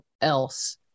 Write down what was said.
else